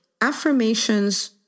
affirmations